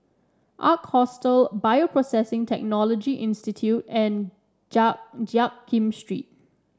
Ark Hostel Bioprocessing Technology Institute and Jiak Kim Street